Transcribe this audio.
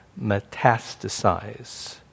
Metastasize